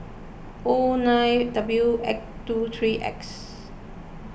O nine W two three X